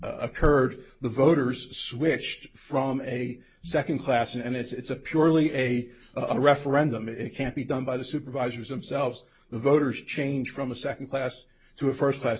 occurred the voters switched from a second class and it's a purely a a referendum it can't be done by the supervisors them selves the voters change from a second class to a first class